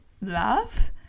love